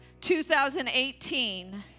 2018